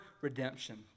redemption